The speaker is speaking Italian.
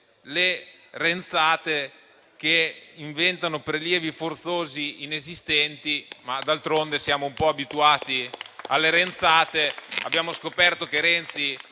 le "renzate" che inventano prelievi forzosi inesistenti. D'altronde siamo un po' abituati alle renzate: abbiamo scoperto che Renzi